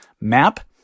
map